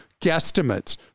guesstimates